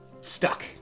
stuck